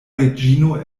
reĝino